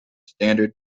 standard